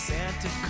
Santa